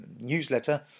newsletter